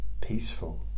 peaceful